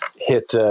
hit